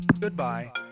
Goodbye